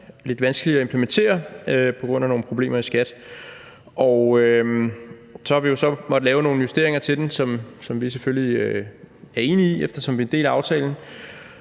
lidt vanskeligere at implementere på grund af nogle problemer i SKAT, og så har vi jo måttet lave nogle justeringer til den, som vi selvfølgelig er enige i, eftersom vi er en